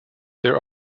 there